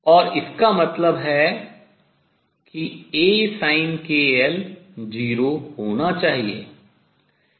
और इसका मतलब है कि AsinkL 0 होना चाहिए